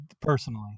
personally